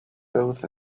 both